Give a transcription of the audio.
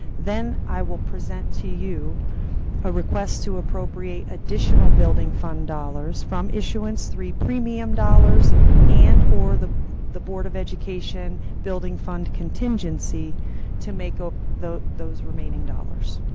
then i will present to you a request to appropriate additional building fund dollars from issuance three premium dollars dollars and or the the board of education building fund contingency to make up the those remaining dollars.